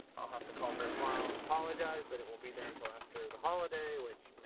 i'll have to call her tomorrow and apologize that it won't be there until after the holiday, which,